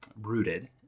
rooted